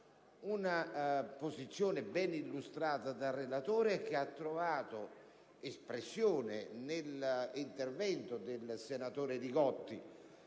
Una posizione, ripeto, ben illustrata dal relatore e che ha trovato espressione nell'intervento del senatore Li Gotti,